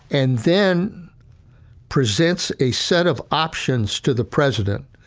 and then presents a set of options to the president,